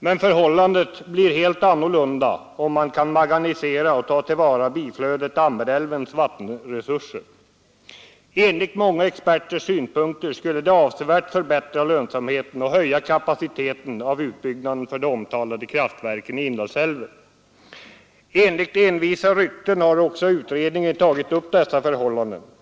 Men förhållandet blir helt annorlunda om man kan magasinera och ta till vara biflödet Ammerälvens vattenresurser. Enligt många experters bedömande skulle det avsevärt förbättra lönsamheten och höja kapaciteten av utbyggnaden för de omtalade kraftverken i Indalsälven. Envisa rykten säger att utredningen också har tagit upp dessa förhållanden.